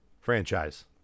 franchise